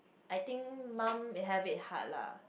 I think mum have it hard lah